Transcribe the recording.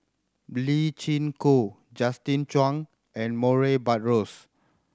Lee Chin Koon Justin Zhuang and Murray Buttrose